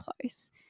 close